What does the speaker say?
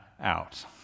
out